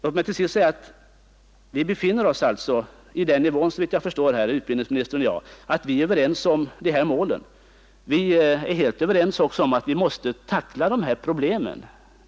Utbildningsministern och jag är såvitt jag förstår överens om målen. Vi är också helt överens om att vi måste angripa problemen.